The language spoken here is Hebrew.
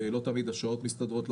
לא תמיד השעות מסתדרות.